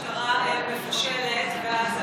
שיש לא מעט כשלים ראייתיים גם כשהמשטרה מפשלת ואז,